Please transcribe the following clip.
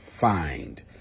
find